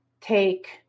take